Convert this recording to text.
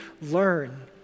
learn